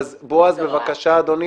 בועז, בבקשה אדוני.